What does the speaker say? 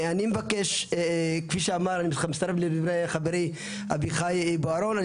אני מצטרף לדברי חברי, אביחי בוארון.